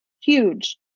huge